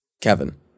Kevin